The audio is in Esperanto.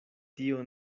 tio